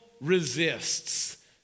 resists